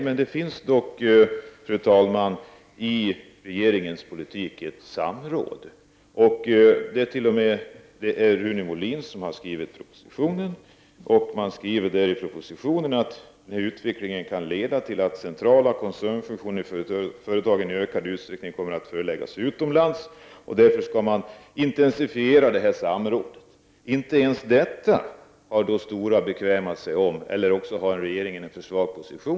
Fru talman! Nej, men det finns dock ett samråd. Det är t.o.m. Rune Molin som står bakom propositionen, där man skriver att utvecklingen kan leda till att centrala koncernfunktioner i företagen i ökad utsträckning kommer att förläggas utomlands och därför skall man intensifiera detta samråd. Inte ens detta har Stora bekvämat sig till, eller också är det regeringen som har en för svag position.